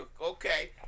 okay